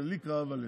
לי כאב הלב.